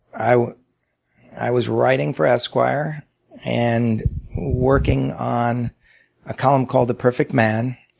i i was writing for esquire and working on a column called the perfect man.